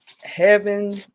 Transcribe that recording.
heaven